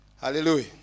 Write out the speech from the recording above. Hallelujah